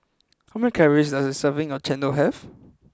how many calories does a serving of Chendol have